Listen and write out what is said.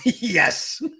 Yes